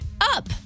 Up